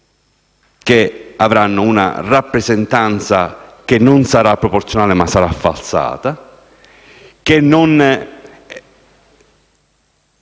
che avranno una rappresentanza che non sarà proporzionale, ma falsata, che non